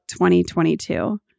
2022